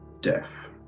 death